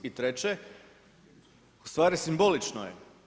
I treće, ustvari simbolično je.